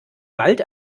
wald